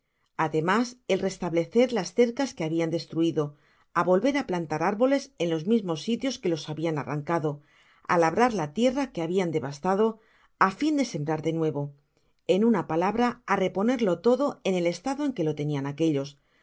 ademas el restablecer las cercas que habian destruido á volver á plantar árboles en los mismos sitios que los habian arrancado á labrar la tierra que habian devastado á fin de sembrar de nnevo en una palabra á reponerlo todo en el estado en que to tenian aquellos